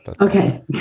okay